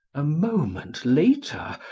a moment later,